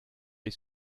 les